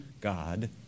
God